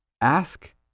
Ask